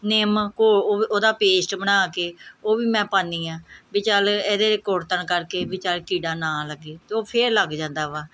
ਨਿੰਮ ਘੋਲ ਉਹਦਾ ਪੇਸਟ ਬਣਾ ਕੇ ਉਹ ਵੀ ਮੈਂ ਪਾਉਂਦੀ ਹਾਂ ਵੀ ਚੱਲ ਇਹਦੇ ਕੁੜੱਤਣ ਕਰਕੇ ਵੀ ਚੱਲ ਕੀੜਾ ਨਾ ਲੱਗੇ ਅਤੇ ਉਹ ਫਿਰ ਲੱਗ ਜਾਂਦਾ ਵਾ